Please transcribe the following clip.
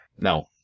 No